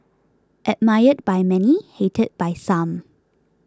admired by many hated by some